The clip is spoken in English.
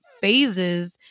phases